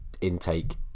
intake